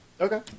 Okay